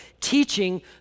teaching